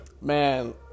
man